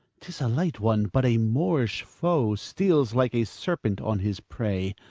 tis a light one, but a moorish foe steals like a serpent on his prey.